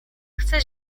chce